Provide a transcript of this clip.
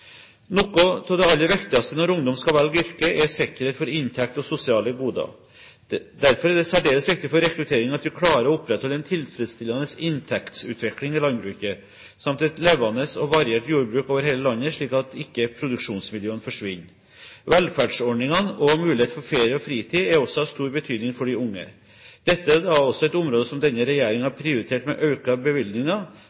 Noe av det aller viktigste når ungdom skal velge yrke, er sikkerhet for inntekt og sosiale goder. Derfor er det særdeles viktig for rekrutteringen at vi klarer å opprettholde en tilfredsstillende inntektsutvikling i landbruket, samt et levende og variert jordbruk over hele landet, slik at ikke produksjonsmiljøene forsvinner. Velferdsordningene og mulighet for ferie og fritid er også av stor betydning for de unge. Dette er da også et område som denne